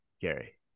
gary